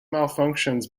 malfunctions